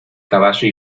caballo